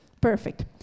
perfect